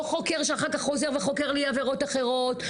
לא חוקר שאחר כך חוזר וחוקר לי עבירות אחרות.